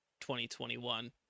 2021